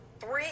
three